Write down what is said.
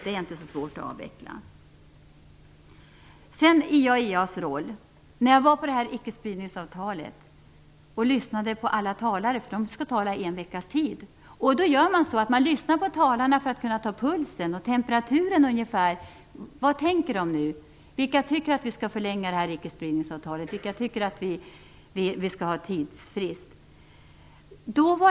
Det är inte så svårt att avveckla. Sedan IAEA:s roll: När jag deltog i konferensen om icke-spridningsavtalet och lyssnade på alla talare - de skall konferera i en veckas tid - lyssnade jag på talarna och tog pulsen och den ungefärliga temperaturen för att få reda på vad de tänker - vilka som tycker att icke spridningsavtalet skall förlängas och vilka som vill ha en tidsfrist?